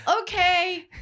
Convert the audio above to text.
okay